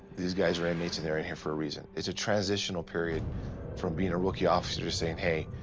these guys are inmates, and they're in here for a reason. it's a transitional period from being a rookie officer to saying hey,